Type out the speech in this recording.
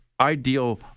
ideal